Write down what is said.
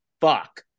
fuck